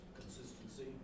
Consistency